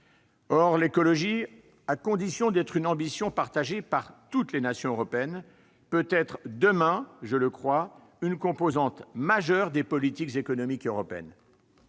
Or l'écologie, à condition d'être une ambition partagée par toutes les nations européennes, peut être demain, je le crois, une composante majeure des politiques économiques européennes.